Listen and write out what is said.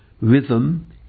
rhythm